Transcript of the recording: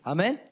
Amen